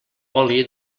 oli